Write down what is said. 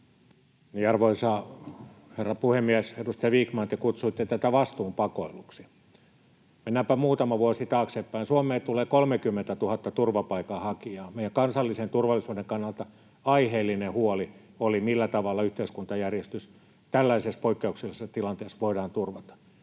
Arvoisa herra puhemies! Edustaja Vikman, te kutsuitte tätä vastuun pakoiluksi. Mennäänpä muutama vuosi taaksepäin. Suomeen tuli 30 000 turvapaikanhakijaa. Meidän kansallisen turvallisuuden kannalta aiheellinen huoli oli, millä tavalla yhteiskuntajärjestys tällaisessa poikkeuksellisessa tilanteessa voidaan turvata.